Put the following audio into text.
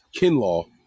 Kinlaw